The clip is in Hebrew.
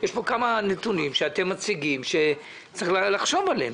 יש פה כמה נתונים שאתם מציגים שצריך לחשוב עליהם.